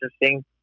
interesting